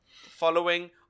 following